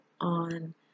on